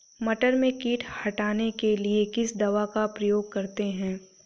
मटर में कीट हटाने के लिए किस दवा का प्रयोग करते हैं?